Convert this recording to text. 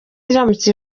iramutse